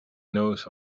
knows